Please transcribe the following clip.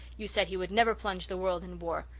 you said he would never plunge the world in war.